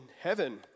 heaven